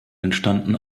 entstanden